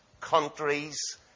countries